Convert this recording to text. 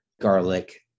garlic